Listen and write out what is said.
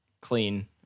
clean